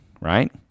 right